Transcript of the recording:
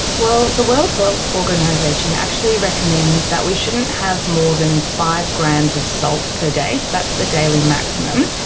well, the world health organisation actually recommends that we shouldn't have more than five grams of salt per day, so that's the daily maximum.